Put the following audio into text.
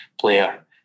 player